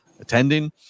attending